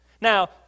Now